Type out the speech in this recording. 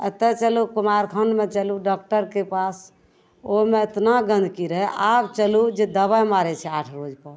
ओतऽ चलू कुमारखण्डमे चलू डॉकटरके पास ओहिमे एतना गन्दगी रहै आब चलू जे दवाइ मारै छै आठ रोजपर